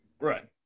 Right